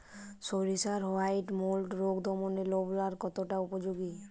সরিষার white mould রোগ দমনে রোভরাল কতটা উপযোগী?